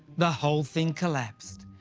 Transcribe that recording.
the whole thing collapsed.